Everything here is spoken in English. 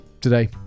today